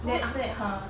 then after that her